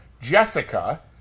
Jessica